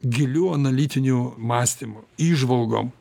giliu analitiniu mąstymu įžvalgom